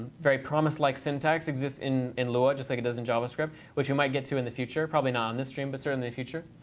very promise like syntax exists in in lua just like it doesn't javascript, which you might get to in the future. probably not in this stream, but certainly in future.